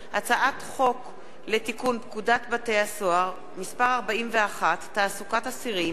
הצעת חוק לתיקון פקודת בתי-הסוהר (מס' 41) (תעסוקת אסירים),